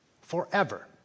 forever